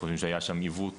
והיה שם עיוות